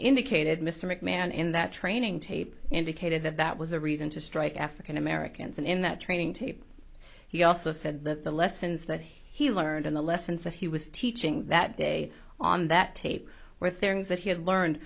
indicated mr mcmahon in that training tape indicated that that was a reason to strike african americans and in that training tape he also said that the lessons that he learned in the lessons that he was teaching that day on that tape were things that he had learned